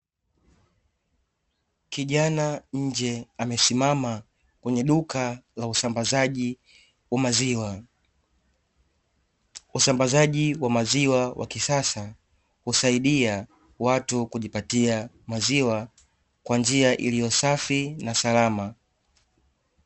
Kijana nje amesimama kwenye duka la usambazaji wa maziwa. Usambazaji wa maziwa wa kisasa husaidia watu kujipatia maziwa kwa njia iliyo safi na salama.